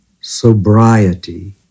sobriety